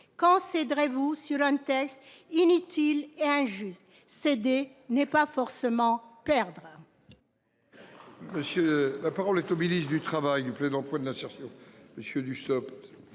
quand céderait vous sur un texte inutile et injuste CD n'est pas forcément perdre.